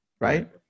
right